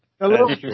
Hello